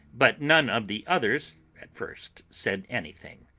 but none of the others at first said anything.